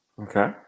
Okay